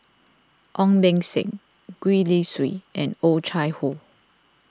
Ong Beng Seng Gwee Li Sui and Oh Chai Hoo